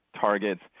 targets